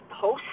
post